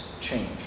change